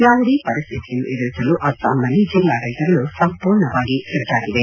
ಯಾವುದೇ ಪರಿಸ್ಥಿತಿಯನ್ನು ಎದುರಿಸಲು ಅಸ್ತಾಂನಲ್ಲಿ ಜಿಲ್ಲಾಡಳಿತಗಳು ಸಂಪೂರ್ಣವಾಗಿ ಸಜ್ಲಾಗಿವೆ